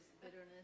bitterness